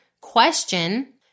question